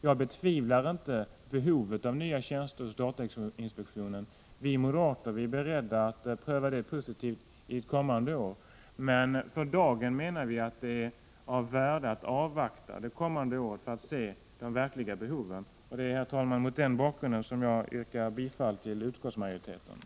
Jag betvivlar inte behovet av nya tjänster vid datainspektionen. Vi moderater är positiva till att pröva detta under kommande år. Men vi menar att det för dagen är av värde att avvakta det kommande året för att se de verkliga behoven. Herr talman! Mot denna bakgrund yrkar jag bifall till utskottets hemställan.